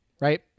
right